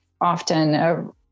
often